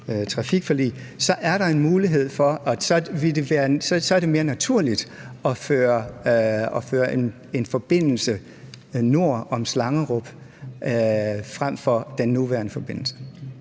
være mere naturligt at føre en forbindelse nord om Slangerup frem for at have den nuværende forbindelse.